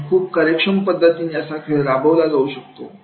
आणि खूप कार्यक्षम पद्धतीने असा खेळ राबवला जाऊ शकतो